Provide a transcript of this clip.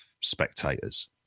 spectators